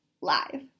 live